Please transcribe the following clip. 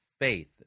faith